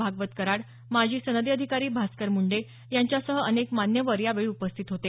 भागवत कराड माजी सनदी अधिकारी भास्कर मुंडे यांच्यासह अनेक मान्यवर यावेळी उपस्थित होते